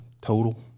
total